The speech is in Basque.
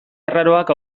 arraroak